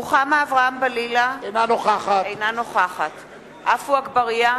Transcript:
רוחמה אברהם-בלילא, אינה נוכחת עפו אגבאריה,